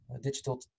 digital